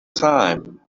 time